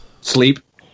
Sleep